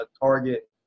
target